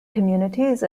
communities